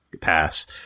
pass